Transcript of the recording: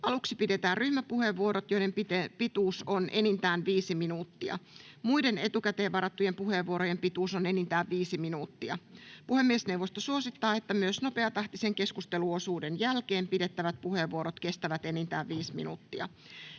Aluksi pidetään ryhmäpuheenvuorot, joiden pituus on enintään viisi minuuttia. Muiden etukäteen varattujen puheenvuorojen pituus on enintään viisi minuuttia. Puhemiesneuvosto suosittaa, että myös nopeatahtisen keskusteluosuuden jälkeen pidettävät puheenvuorot kestävät enintään viisi minuuttia.